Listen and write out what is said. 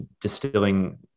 distilling